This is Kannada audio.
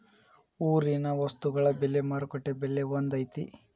ಊರಿನ ವಸ್ತುಗಳ ಬೆಲೆ ಮಾರುಕಟ್ಟೆ ಬೆಲೆ ಒಂದ್ ಐತಿ?